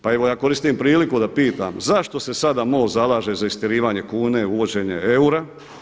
Pa evo ja koristim priliku da pitam zašto se sada MOST zalaže za istjerivanje kune i uvođenje eura?